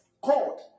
called